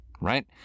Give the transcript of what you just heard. right